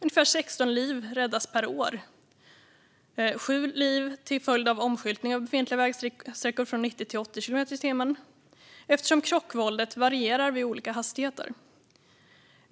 ungefär 16 liv räddas per år under perioden 2014-2025. Sju liv kan räddas genom omskyltning av befintliga vägsträckor från 90 till 80 kilometer i timmen, eftersom krockvåldet varierar vid olika hastigheter.